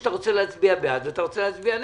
שאתה רוצה להצביע בעד ויש דברים שאתה רוצה להצביע נגד,